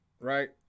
right